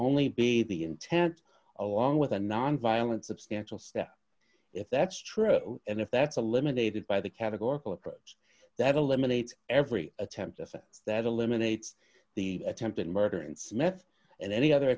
only be the intent along with a nonviolent substantial step if that's true and if that's a limited by the categorical approach that eliminates every attempt offense that eliminates the attempted murder and smith and any other